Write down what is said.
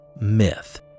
myth